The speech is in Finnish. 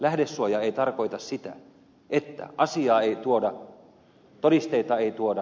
lähdesuoja ei tarkoita sitä että asiaa ei tuoda todisteita ei tuoda